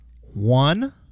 One